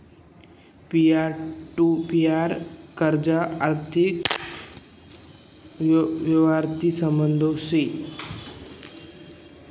peer to peer कर्जना आर्थिक यवहारशी संबंध शे